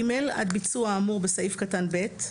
(ג) עד ביצוע האמור בסעיף קטן (ב),